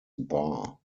bar